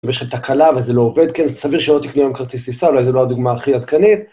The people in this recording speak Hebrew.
אם יש לך תקלה וזה לא עובד, כן, סביר שלא תקנה היום כרטיס טיסה, אולי זה לא הדוגמה הכי עדכנית.